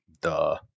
Duh